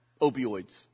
opioids